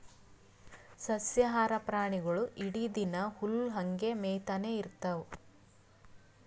ಸಸ್ಯಾಹಾರಿ ಪ್ರಾಣಿಗೊಳ್ ಇಡೀ ದಿನಾ ಹುಲ್ಲ್ ಹಂಗೆ ಮೇಯ್ತಾನೆ ಇರ್ತವ್